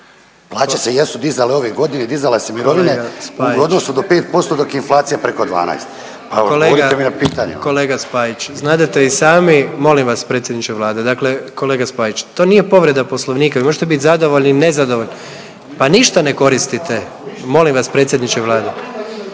Plaće se jesu dizale ove godine, dizala se mirovine, u odnosu do 5% .../Upadica: Kolega Spajić./... dok je inflacija preko 12. Pa odgovorite mi na pitanje. **Jandroković, Gordan (HDZ)** Kolega Spajić, znadete i sami, molim vas, predsjedniče Vlade, dakle kolega Spajić. To nije povreda Poslovnika, možete bit zadovoljni i nezadovoljni. Pa ništa ne koristite. Molim vas, predsjedniče Vlade,